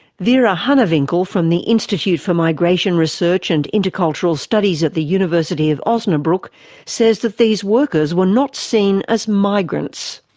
vera hanewinkel from the institute for migration research and intercultural studies at the university of osnabruck says that these workers were not seen as migrants.